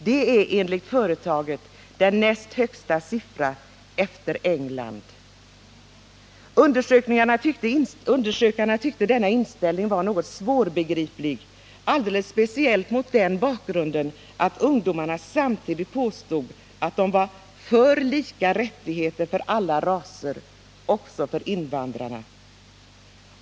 Det är, enligt företaget, den näst högsta siffran efter siffran för England. Undersökarna tyckte att denna inställning var något svårbegriplig, alldeles speciellt mot bakgrund av att ungdomarna samtidigt påstod att de var för lika rättigheter för alla raser, också för invandrarna.